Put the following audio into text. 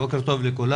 בוקר טוב לכולם.